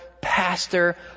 pastor